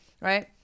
right